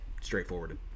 straightforward